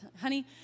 Honey